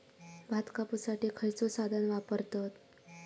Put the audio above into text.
भात कापुसाठी खैयचो साधन वापरतत?